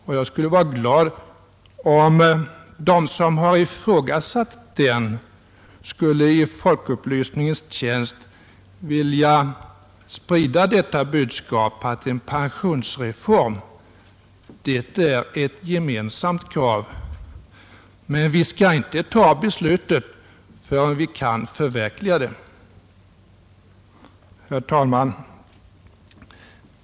Och jag skulle vara glad om de som har ifrågasatt den skulle i folkupplysningens tjänst vilja sprida budskapet att en pensionsreform är ett gemensamt krav. Men vi skall inte fatta beslut därom förrän vi kan förverkliga det. Herr talman!